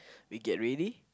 we get ready